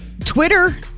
Twitter